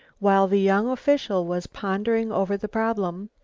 while the young official was pondering over the problem,